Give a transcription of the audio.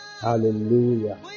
Hallelujah